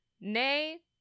nay